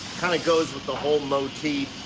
kind of goes with the whole motif,